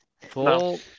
Full